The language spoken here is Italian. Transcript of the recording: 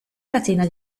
catena